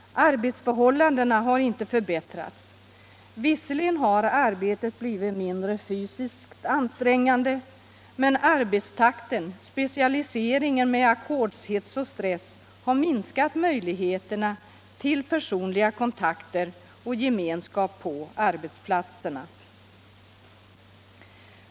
Arbetsförhållandena har inte förbättrats. Visserligen har arbetet blivit mindre fysiskt ansträngande, men arbetstakten, specialiseringen med ackordshets och stress har minskat möjligheterna till personliga kontakter och gemenskap på arbetsplatserna.